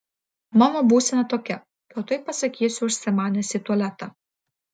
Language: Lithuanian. mano būsena tokia kad tuoj pasakysiu užsimanęs į tualetą